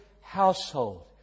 household